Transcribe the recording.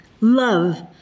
love